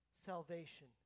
salvation